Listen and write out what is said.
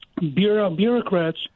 bureaucrats